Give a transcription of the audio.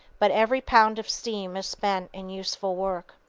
but every pound of steam is spent in useful work.